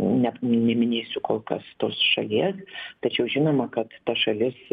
net neminėsiu kol kas tos šalies tačiau žinoma kad ta šalis